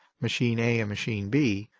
machine a and machine b,